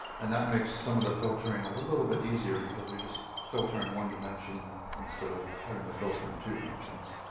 and that makes some of the filtering a little bit easier because we just filter in one dimension instead of having to filter in two dimensions.